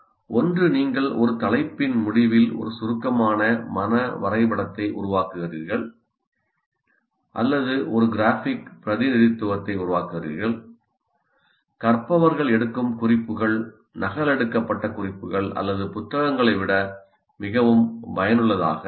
ஒன்று நீங்கள் ஒரு தலைப்பின் முடிவில் ஒரு சுருக்கமான மன வரைபடத்தை உருவாக்குகிறீர்கள் அல்லது ஒரு கிராஃபிக் பிரதிநிதித்துவத்தை உருவாக்குகிறீர்கள் கற்பவர்கள் எடுக்கும் குறிப்புகள் நகலெடுக்கப்பட்ட குறிப்புகள் அல்லது புத்தகங்களை விட மிகவும் பயனுள்ளதாக இருக்கும்